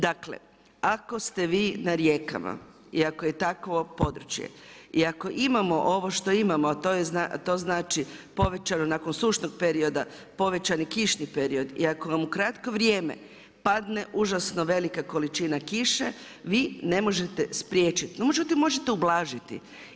Dakle, ako ste vi na rijekama, i ako je takvo područje, i ako imamo ovo što imamo a to znači povećan nakon sušnog perioda, povećani kišni period i ako vam u kratko vrijeme padne užasno velika količina kiše, vi ne možete spriječiti, no međutim možete ublažiti.